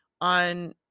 On